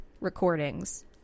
recordings